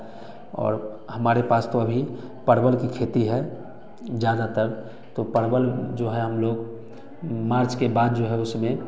और हमारे पास तो अभी परवल की खेती है ज़्यादातर परवल तो जो है हम लोग मार्च के बाद जो है उसमें